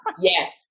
Yes